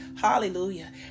Hallelujah